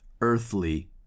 earthly